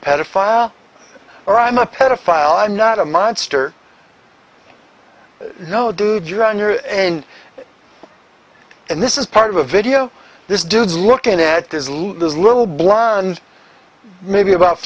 pedophile or i'm a pedophile i'm not a monster no dude you're on your end and this is part of a video this dude's looking at this little blonde maybe about